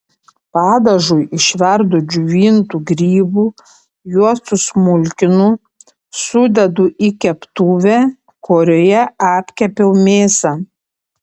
padažui išverdu džiovintų grybų juos susmulkinu sudedu į keptuvę kurioje apkepiau mėsą